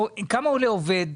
בחודש עובד